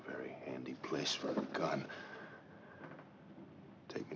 very handy place for taking